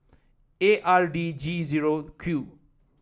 A R D G zero Q